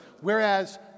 whereas